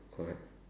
correct